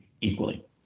equally